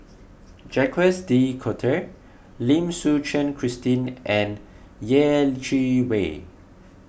Jacques De Coutre Lim Suchen Christine and Yeh Chi Wei